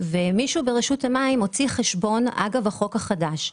ומישהו ברשות המים הוציא חשבון אגב החוק החדש.